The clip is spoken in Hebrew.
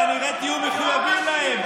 כנראה תהיו מחויבים להם.